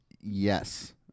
Yes